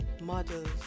models